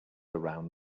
around